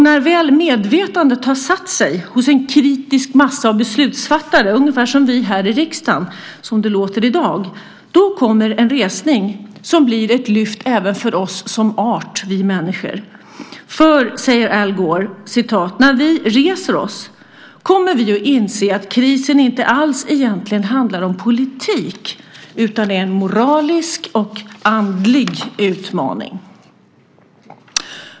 När väl medvetandet har satt sig hos en kritisk massa av beslutsfattare - ungefär som vi här i riksdagen som det låter i dag - kommer en resning som blir ett lyft även för oss som art, för oss människor. För, säger Al Gore, när vi reser oss kommer vi att inse att krisen inte alls egentligen handlar om politik utan är en moralisk och andlig utmaning.